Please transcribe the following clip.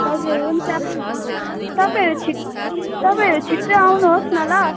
हजुर हुन्छ तपाईँहरू छि तपाईँहरू छिट्टो आउनुहोस् न ल